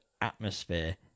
atmosphere